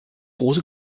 große